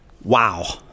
wow